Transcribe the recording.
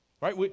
right